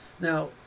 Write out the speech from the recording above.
Now